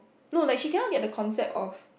no like she cannot get the concept of